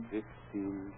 Fifteen